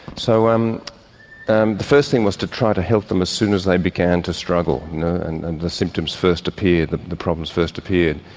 so um and the first thing was try to help them as soon as they began to struggle and and the symptoms first appeared, the the problems first appeared.